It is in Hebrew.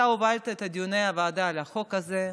אתה הובלת את דיוני הוועדה על החוק הזה.